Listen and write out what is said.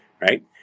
right